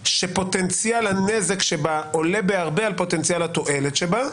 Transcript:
שפוטנציאל הנזק שבה עולה בהרבה על פוטנציאל התועלת שבה.